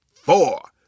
four